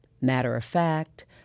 matter-of-fact